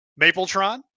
Mapletron